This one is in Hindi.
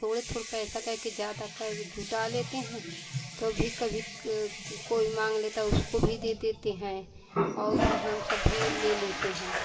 थोड़े थोड़े पैसे करके ज़्यादा कर जुटा लेते हैं तो भी कभी क कोई माँग लेता है उसको भी दे देते हैं और भी हम सब भी ले लेते हैं